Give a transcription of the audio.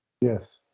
Yes